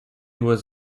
was